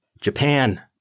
Japan